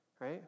Right